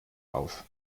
auf